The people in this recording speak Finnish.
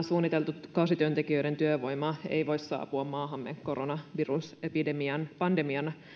suunniteltu kausityöntekijöiden työvoima ei voi saapua maahamme koronavirusepidemian ja pandemian